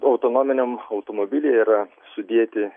autonominiam automobiliui yra sudėti